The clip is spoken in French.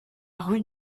rue